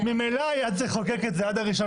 ממילא היה צריך לחוקק את זה עד הראשון